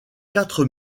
quatre